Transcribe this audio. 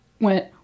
went